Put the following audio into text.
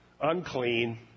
unclean